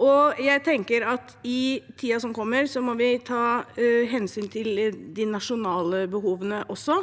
og jeg tenker at i tiden som kommer, må vi ta hensyn til de nasjonale behovene også.